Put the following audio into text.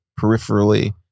peripherally